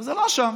אבל זה לא שם.